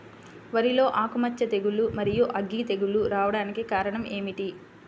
వరిలో ఆకుమచ్చ తెగులు, మరియు అగ్గి తెగులు రావడానికి కారణం ఏమిటి?